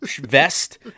vest